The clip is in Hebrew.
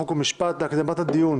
חוק ומשפט להקדמת הדיון